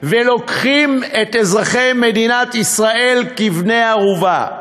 ולוקחים את אזרחי מדינת ישראל כבני-ערובה.